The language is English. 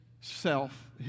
self